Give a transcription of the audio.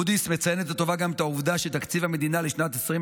מודי'ס מציינת לטובה גם את העובדה שתקציב המדינה לשנת 2024